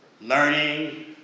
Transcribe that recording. learning